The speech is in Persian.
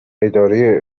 اداره